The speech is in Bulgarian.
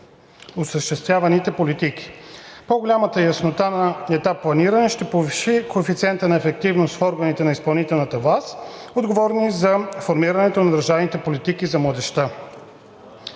осъществяваните политики. По-голямата яснота на етап планиране ще повиши коефициента на ефективност в органите на изпълнителната власт, отговорни за формирането на държавната политика за младежта.